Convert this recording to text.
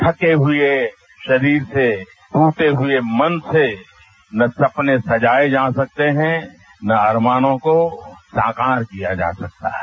थके हुए शरीर से टूटे हुए मन से न सपने सजाये जा सकते है न अरमानों को साकार किया जा सकता है